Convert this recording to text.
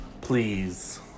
please